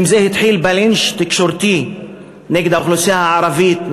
שהתחיל בלינץ' תקשורתי נגד האוכלוסייה הערבית,